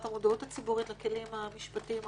המודעות הציבורית לכלים המשפטיים החדשים.